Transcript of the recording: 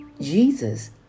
Jesus